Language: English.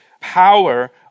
power